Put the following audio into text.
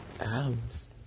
atoms